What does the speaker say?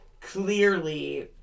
clearly